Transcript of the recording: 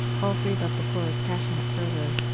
all three loved the poor with passionate fervour,